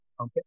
Okay